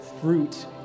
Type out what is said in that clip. fruit